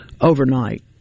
overnight